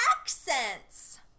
accents